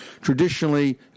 Traditionally